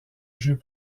jeux